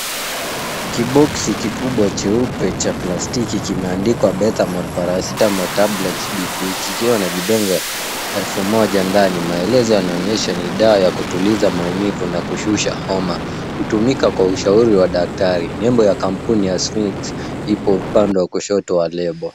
Kiboksi kikubwa cheupe cha plastiki kimeandikwa Betamol Paracetamol Tablets BP kikiwa na vidonge elfu moja ndani. Maelezo yanaonyesha ni dawa ya kutuliza maumivu na kushusha homa. Hutumika kwa ushauri wa daktari. Nembo ya kampuni ya Sphynx ipo upande wa kushoto wa lebo.